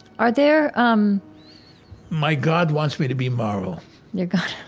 are there, um my god wants me to be moral your god.